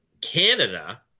Canada